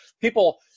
people